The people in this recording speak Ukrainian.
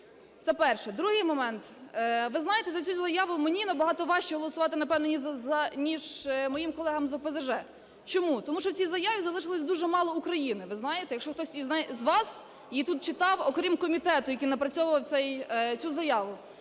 Це перше. Другий момент. Ви знаєте, за цю заяву мені набагато важче голосувати, напевно, ніж моїм колегам з ОПЗЖ. Чому? Тому що в цій заяві залишилось дуже мало України, ви знаєте. Якщо хтось з вас її тут читав, окрім комітету, який напрацьовував цю заяву,